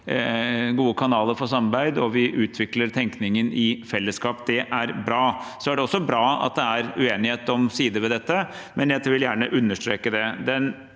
gode kanaler for samarbeid, og vi utvikler tenkningen i fellesskap. Det er bra. Det er også bra at det er uenighet om sider ved dette, men jeg vil gjerne understreke det.